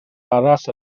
arall